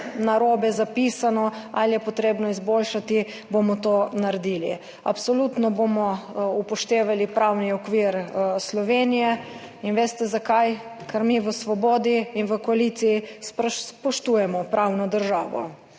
narobe zapisano ali potrebno izboljšati, to naredili. Absolutno bomo upoštevali pravni okvir Slovenije. Veste, zakaj? Ker mi v Svobodi in v koaliciji spoštujemo pravno državo.